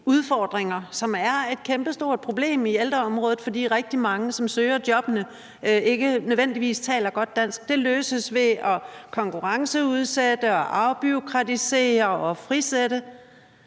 udfordringer, som er et kæmpestort problem i ældreområdet, fordi rigtig mange af dem, som søger jobbene, ikke nødvendigvis taler godt dansk, løses ved at konkurrenceudsætte og afbureaukratisere og frisætte?